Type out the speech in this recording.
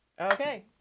Okay